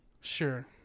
sure